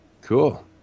cool